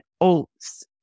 oats